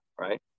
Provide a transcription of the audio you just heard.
right